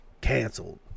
Canceled